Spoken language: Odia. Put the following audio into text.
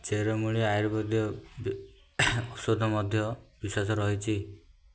ଚେରମୂଳି ଆୟୁର୍ବେଦ ଔଷଧ ମଧ୍ୟ ବିଶ୍ୱାସ ରହିଛି